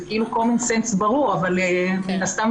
זה כאילו "קומונסס" ברור אבל מן הסתם,